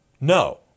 No